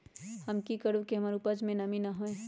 हम की करू की हमर उपज में नमी न होए?